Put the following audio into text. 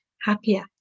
happier